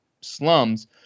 slums